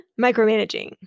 micromanaging